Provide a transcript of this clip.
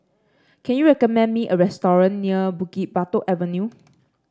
can you recommend me a restaurant near Bukit Batok Avenue